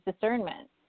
discernment